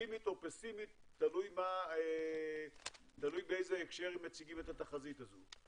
אופטימית או פסימית תלוי באיזה הקשר הם מציגים את התחזית הזאת.